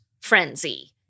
frenzy